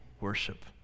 worship